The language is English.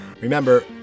Remember